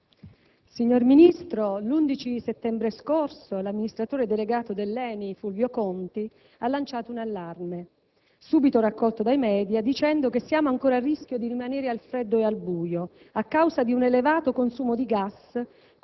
signor Ministro, l'11 settembre scorso l'amministratore delegato dell'ENEL Fulvio Conti ha lanciato un allarme, subito raccolto dai *media**,* dicendo che siamo ancora a rischio di rimanere al freddo e al buio a causa di un elevato consumo di gas